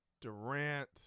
Durant